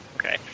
Okay